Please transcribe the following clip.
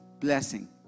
blessing